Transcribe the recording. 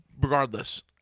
regardless